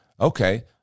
okay